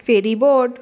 फेरी board